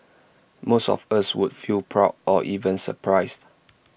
most of us would feel proud or even surprised